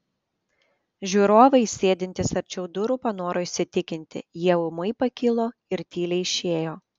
žiūrovai sėdintys arčiau durų panoro įsitikinti jie ūmai pakilo ir tyliai išėjo